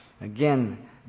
Again